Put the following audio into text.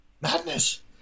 madness